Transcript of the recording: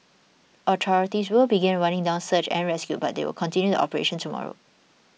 authorities will begin running down search and rescue but they will continue the operation tomorrow